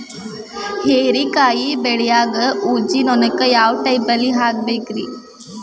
ಹೇರಿಕಾಯಿ ಬೆಳಿಯಾಗ ಊಜಿ ನೋಣಕ್ಕ ಯಾವ ಟೈಪ್ ಬಲಿ ಹಾಕಬೇಕ್ರಿ?